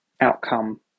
outcome